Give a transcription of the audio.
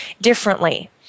differently